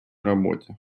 работе